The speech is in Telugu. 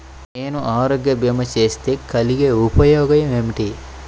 నేను ఆరోగ్య భీమా చేస్తే కలిగే ఉపయోగమేమిటీ?